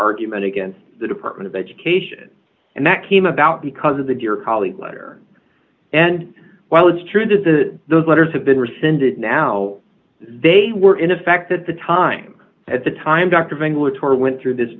argument against the department of education and that came about because of the dear colleague letter and while it's true that the those letters have been rescinded now they were in effect that the time at the time dr mengele tore went through this